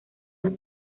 unos